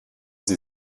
sie